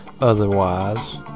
otherwise